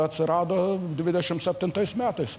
atsirado dvidešimt septintais metais